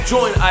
Join